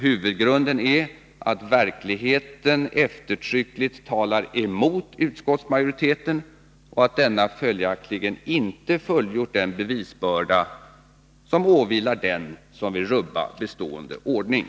Huvudgrunden är att verkligheten eftertryckligt talar emot utskottsmajoriteten och att denna följaktligen inte fullgjort den bevisbörda som åvilar den som vill rubba bestående ordning.